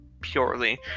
purely